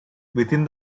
within